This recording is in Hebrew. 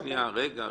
רגע.